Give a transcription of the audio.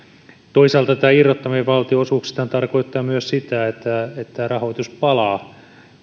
toisaalta tämä irrottaminen valtionosuuksistahan tarkoittaa myös sitä että rahoitus palaa